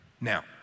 now